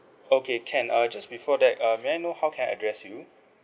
okay can uh just before that uh may I know how can I address you